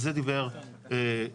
על זה דיבר טום.